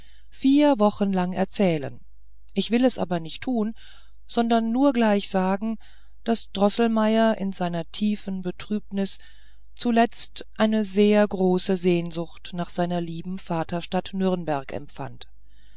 vier wochen lang erzählen ich will es aber nicht tun sondern nur gleich sagen daß droßelmeier in seiner tiefen betrübnis zuletzt eine sehr große sehnsucht nach seiner lieben vaterstadt nürnberg empfand